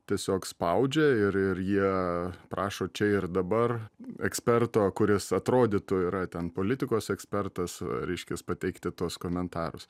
tiesiog spaudžia ir ir jie prašo čia ir dabar eksperto kuris atrodytų yra ten politikos ekspertas reiškias pateikti tuos komentarus